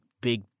big